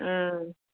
ꯎꯝ